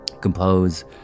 compose